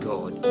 God